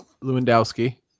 Lewandowski